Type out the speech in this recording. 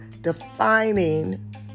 defining